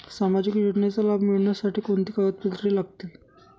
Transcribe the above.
सामाजिक योजनेचा लाभ मिळण्यासाठी कोणती कागदपत्रे लागतील?